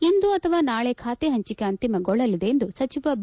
ಇಂದು ಅಥವಾ ನಾಳೆ ಖಾತೆ ಪಂಚಿಕೆ ಅಂತಿಮಗೊಳ್ಳಲಿದೆ ಎಂದು ಸಚಿವ ಬಿ